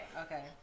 Okay